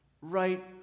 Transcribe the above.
right